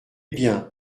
bien